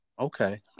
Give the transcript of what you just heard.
Okay